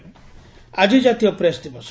ଆଜି ଜାତୀୟ ପ୍ରେସ୍ ଦିବସ